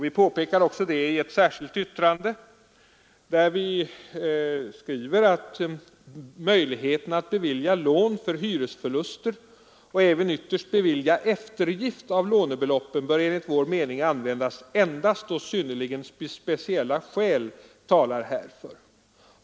Vi påpekar också detta i ett särskilt yttrande där vi skriver: ”Möjligheterna att bevilja lån för hyresförluster och även ytterst bevilja eftergift av lånebeloppen bör enligt vår mening användas endast då synnerligen speciella skäl talar därför.